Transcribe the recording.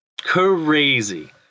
Crazy